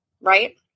right